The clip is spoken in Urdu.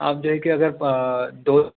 آپ جو ہے کہ اگر دو